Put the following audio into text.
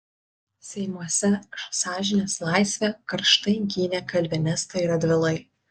seimuose sąžinės laisvę karštai gynė kalvinistai radvilai